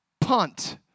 Punt